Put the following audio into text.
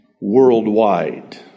worldwide